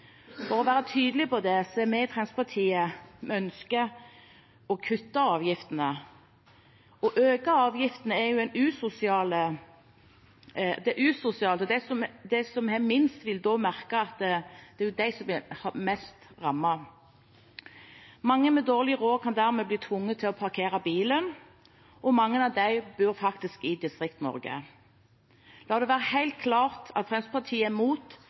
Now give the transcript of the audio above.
For å være tydelig på det: Vi i Fremskrittspartiet ønsker å kutte avgiftene. Å øke avgiftene er usosialt, og de som har minst, vil være de som blir mest rammet. Mange med dårlig råd kan dermed bli tvunget til å parkere bilen, og mange av dem bor faktisk i Distrikts-Norge. La det være helt klart at Fremskrittspartiet er